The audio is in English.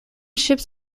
ships